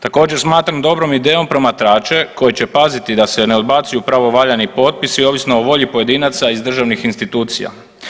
Također smatram dobrom idejom promatrače koji će paziti da se ne odbacuju pravovaljani potpisi ovisno o volji pojedinaca iz državnih institucija.